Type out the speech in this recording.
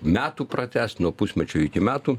metų pratęst nuo pusmečio iki metų